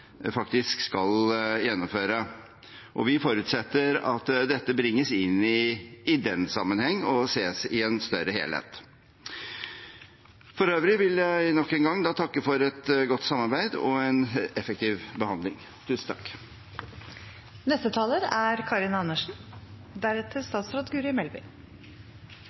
skal gjennomføre, og vi forutsetter at dette bringes inn i den sammenheng og ses i en større helhet. For øvrig vil jeg nok en gang takke for et godt samarbeid og en effektiv behandling. Ja, det er